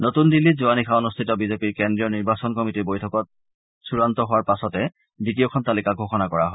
নতুন দিল্লীত যোৱা নিশা অনুষ্ঠিত বিজেপিৰ কেন্দ্ৰীয় নিৰ্বাচন কমিটীৰ বৈঠকত চডান্ত হোৱাৰ পাছতে দ্বিতীয়খন তালিকা ঘোষণা কৰা হয়